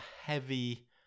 heavy